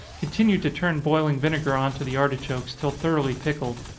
continue to turn boiling vinegar on to the artichokes till thoroughly pickled.